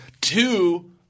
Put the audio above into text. Two